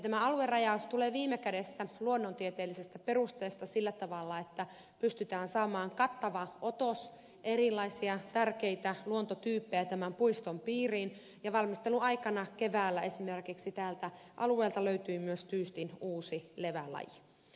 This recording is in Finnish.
tämä aluerajaus tulee viime kädessä luonnontieteellisestä perusteesta sillä tavalla että pystytään saamaan kattava otos erilaisia tärkeitä luontotyyppejä tämän puiston piiriin ja valmisteluaikana keväällä esimerkiksi tältä alueelta löytyi myös tyystin uusi levälaji